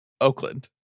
Oakland